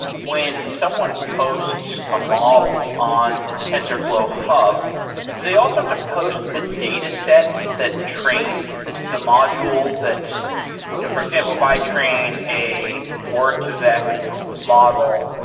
when someone posts a model on tensorflow hub, do they also have to post the dataset that trained the module that you know for example, if i train a word to vec model,